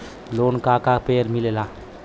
Loan का का पे मिलेला?